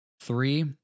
Three